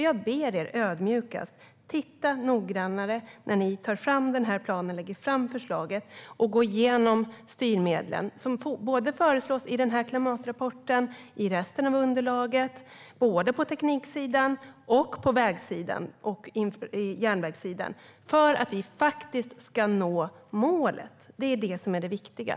Jag ber er ödmjukast: Titta noggrannare när ni tar fram den här planen och lägger fram förslaget! Gå igenom de styrmedel som föreslås i den här klimatrapporten, i resten av underlaget, både på tekniksidan och på vägsidan och järnvägssidan, för att vi faktiskt ska nå målet - det är det viktiga!